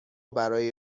برای